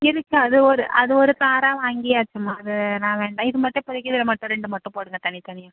இருக்குது அது ஒரு அது ஒரு தாராக வாங்கியாச்சும்மா அதெல்லாம் வேண்டாம் இது மட்டும் இப்போத்திக்கி இது மட்டும் ரெண்டு மட்டும் போடுங்கள் தனி தனியாக